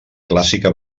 clàssica